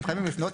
הם חייבים לפנות,